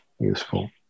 useful